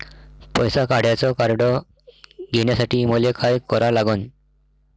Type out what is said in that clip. पैसा काढ्याचं कार्ड घेण्यासाठी मले काय करा लागन?